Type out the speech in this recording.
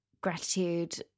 gratitude